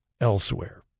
elsewhere